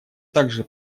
также